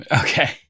Okay